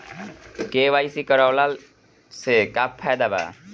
KYC करवला से का का फायदा बा?